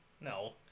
No